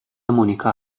مونیکا